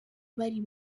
bari